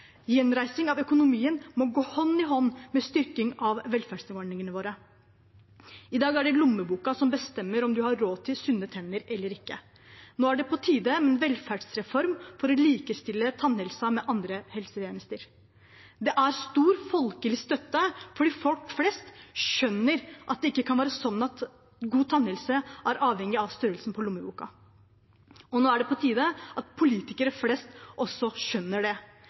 Gjenreising av økonomien må gå hånd i hånd med styrking av velferdsordningene våre. I dag er det lommeboka som bestemmer om man har råd til sunne tenner eller ikke. Nå er det på tide med en velferdsreform for å likestille tannhelsen med andre helsetjenester. Det er stor folkelig støtte, fordi folk flest skjønner at det ikke kan være sånn at god tannhelse er avhengig av størrelsen på lommeboka. Nå er det på tide at politikere flest også skjønner det,